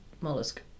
mollusk